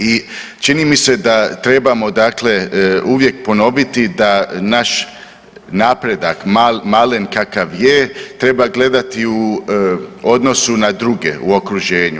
I čini mi se da trebamo dakle uvijek ponoviti da naš napredak malen kakav je treba gledati u odnosu na druge u okruženju.